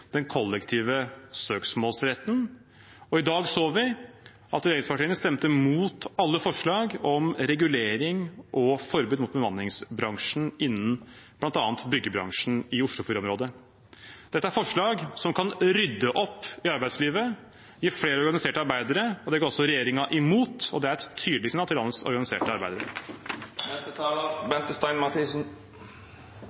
den kollektive søksmålsretten. Og regjeringspartiene gikk imot alle forslagene om regulering av og forbud mot bemanningsbransjen innen bl.a. byggebransjen, i Oslofjordområdet. Dette er forslag som kan rydde opp i arbeidslivet og gi flere organiserte arbeidere, og det går altså regjeringen imot. Det er et tydelig signal til landets organiserte